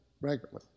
regularly